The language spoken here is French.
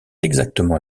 exactement